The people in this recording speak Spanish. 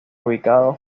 ubicado